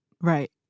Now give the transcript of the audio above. right